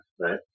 right